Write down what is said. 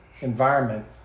environment